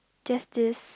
just this